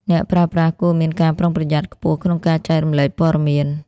អ្នកប្រើប្រាស់គួរមានការប្រុងប្រយ័ត្នខ្ពស់ក្នុងការចែករំលែកព័ត៌មាន។